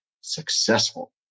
successful